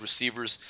receivers